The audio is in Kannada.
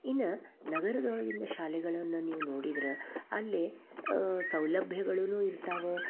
ಇನ್ನ ನಗರದೊಳಗೆ ಇನ್ನ ಶಾಲೆಗಳನ್ನು ನೀವು ನೋಡಿದ್ರೆ ಅಲ್ಲಿ ಸೌಲಭ್ಯಗಳೂ ಇರ್ತಾವ